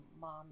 mom